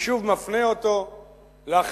אני שוב מפנה אותו להחלטות